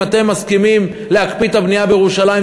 אם אתם מסכימים להקפיא את הבנייה בירושלים,